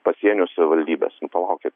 pasienio savivaldybės nu palaukit